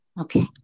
Okay